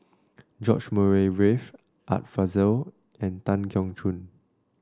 George Murray Reith Art Fazil and Tan Keong Choon